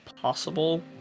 possible